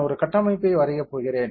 நான் ஒரு கட்டமைப்பை வரைய போகிறேன்